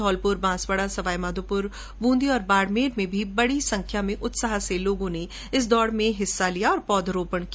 धौलपुर बांसवाड़ा सवाईमाधोपुर ब्रंदी और बाड़मेर में बड़ी संख्या में लोगों ने इस दौड़ में हिस्सा लिया और पौधरोपण किया